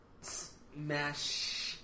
smash